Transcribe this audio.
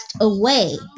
away